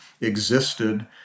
existed